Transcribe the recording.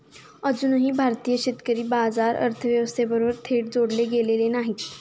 अजूनही भारतीय शेतकरी बाजार व्यवस्थेबरोबर थेट जोडले गेलेले नाहीत